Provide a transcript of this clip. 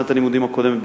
בשנת הלימודים הקודמת,